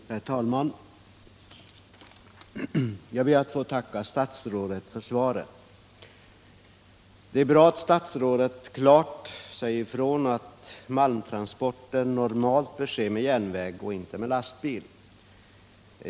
Herr talman! Jag ber att få tacka statsrådet för svaret. Det är bra att statsrådet klart säger ifrån att malmtransporter normalt bör ske med järnväg och inte med lastbil.